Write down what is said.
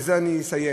ובזה אני מסיים,